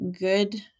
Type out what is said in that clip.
good